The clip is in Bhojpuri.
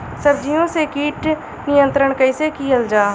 सब्जियों से कीट नियंत्रण कइसे कियल जा?